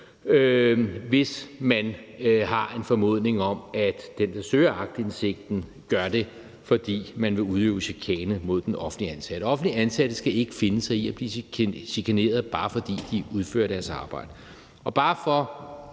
hvis man har en formodning om, at den, der søger aktindsigten, gør det, fordi vedkommende vil udøve chikane mod den offentligt ansatte. Offentligt ansatte skal ikke finde sig i at blive chikaneret, bare fordi de udfører deres arbejde. Og jeg